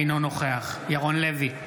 אינו נוכח ירון לוי,